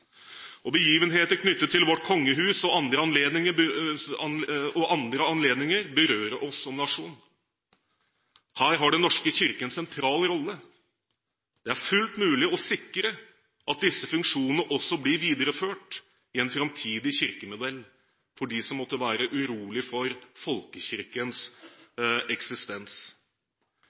Begivenheter knyttet til vårt kongehus og andre anledninger berører oss som nasjon. Her har Den norske kirke en sentral rolle. Det er fullt mulig å sikre at disse funksjonene også blir videreført i en framtidig kirkemodell – for dem som måtte være urolige for folkekirkens eksistens.